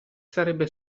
sarebbe